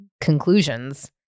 conclusions